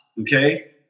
okay